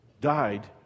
died